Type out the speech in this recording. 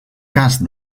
cas